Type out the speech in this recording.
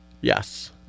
Yes